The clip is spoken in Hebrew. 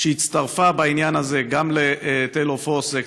שהצטרפה בעניין הזה לטיילור פורס,